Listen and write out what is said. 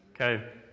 okay